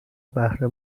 بهره